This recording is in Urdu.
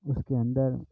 اس کے اندر